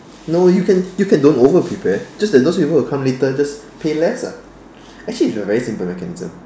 no you can you can don't overprepare just that those people who come later just pay less lah actually it's a very simple mechanism